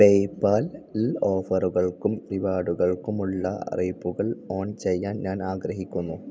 പേയ്പാലിൽ ഓഫറുകൾക്കും റിവാർഡുകൾക്കുമുള്ള അറിയിപ്പുകൾ ഓൺ ചെയ്യാൻ ഞാൻ ആഗ്രഹിക്കുന്നു